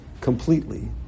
completely